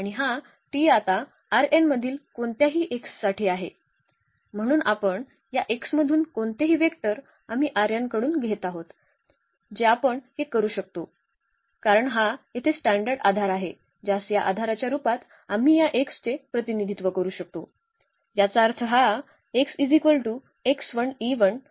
आणि हा T आता मधील कोणत्याही x साठी आहे म्हणून आपण या x मधून कोणतेही वेक्टर आम्ही कडून घेत आहोत जे आपण हे करू शकतो कारण हा येथे स्टॅंडर्ड आधार आहे ज्यास या आधाराच्या रूपात आम्ही या x चे प्रतिनिधित्व करू शकतो याचा अर्थ हा आहे